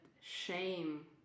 shame